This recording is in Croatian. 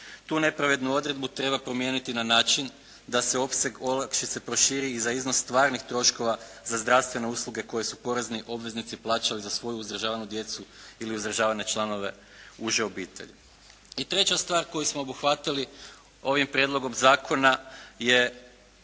Tu nepravednu odredbu treba promijeniti na način da se opseg olakšice proširi i za iznos stvarnih troškova za zdravstvene usluge koje su porezni obveznici plaćali za svoju uzdržavanu djecu ili uzdržavane članove uže obitelji. I treća stvar koju smo obuhvatili ovim prijedlogom zakona je